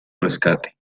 rescate